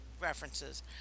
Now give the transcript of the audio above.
references